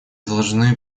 должны